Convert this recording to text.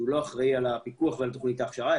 שהוא לא אחראי על הפיקוח ועל תוכנית ההכשרה,